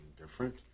different